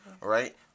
right